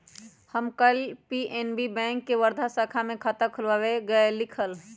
हम कल PNB bank के वर्धा शाखा में खाता खुलवावे गय लीक हल